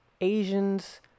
Asians